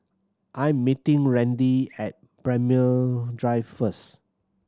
I am meeting Randi at Braemar Drive first